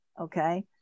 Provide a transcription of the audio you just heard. Okay